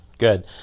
Good